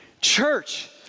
Church